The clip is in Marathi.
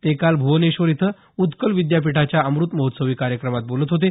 ते काल भुवनेश्वर इथं उत्कल विद्यापीठाच्या अमृत महोत्सवी कार्यक्रमात बोलत होते